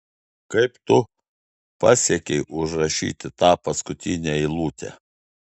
kaip tu pasiekei užrašyti tą paskutinę eilutę